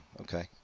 okay